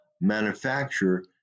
manufacture